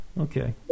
okay